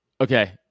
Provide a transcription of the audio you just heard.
Okay